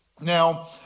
Now